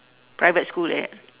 private school like that